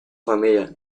familia